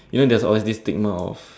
you know there's always this stigma of